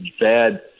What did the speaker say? bad